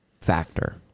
factor